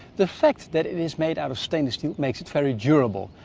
the fact that it is made out of stainless steel makes it very durable.